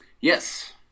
Yes